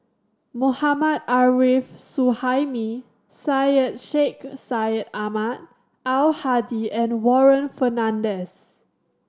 Mohammad Arif Suhaimi Syed Sheikh Syed Ahmad Al Hadi and Warren Fernandez